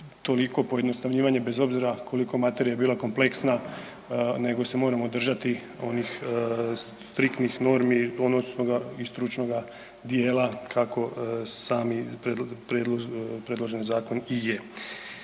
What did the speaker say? toliko pojednostavljivanje bez obzira koliko materija bila kompleksna nego se moramo držati onih striktnih normi …/Govornik se ne razumije/…i stručnoga dijela kako sami predloženi zakon i je,